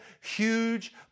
huge